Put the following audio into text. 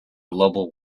global